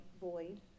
void